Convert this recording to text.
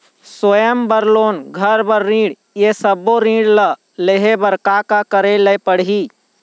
स्वयं बर लोन, घर बर ऋण, ये सब्बो ऋण लहे बर का का करे ले पड़ही?